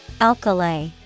Alkali